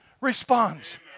responds